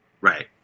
Right